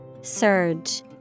Surge